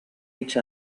each